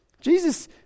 Jesus